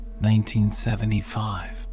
1975